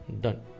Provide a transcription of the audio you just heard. done